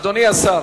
אדוני השר,